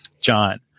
john